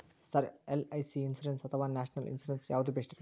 Sir LIC insurance ಅಥವಾ national insurance ಯಾವುದು ಬೆಸ್ಟ್ರಿ?